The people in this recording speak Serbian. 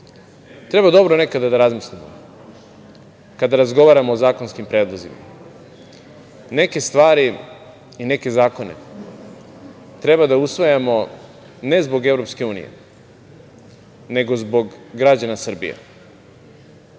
Treba dobro nekada da razmislimo, kada razgovaramo o zakonskim predlozima. Neke stvari i neke zakone, treba da usvajamo, ne zbog EU, nego zbog građana Srbije.